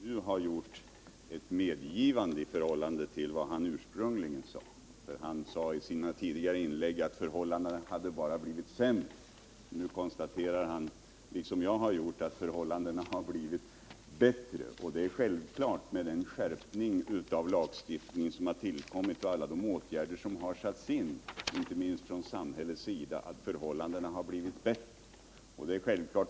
Herr talman! Jag konstaterar att Gustav Lorentzon nu har gjort ett medgivande i förhållande till vad han ursprungligen sade. I sina tidigare inlägg ansåg han att förhållandena bara blivit sämre. Nu konstaterade han liksom jag har gjort att förhållandena har blivit bättre. Med den skärpning av lagstiftningen som tillkommit och genom alla de åtgärder som har satts in, inte minst av samhället, är det självklart att förhållandena har blivit bättre.